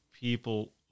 people